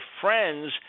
friends